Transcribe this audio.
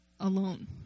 alone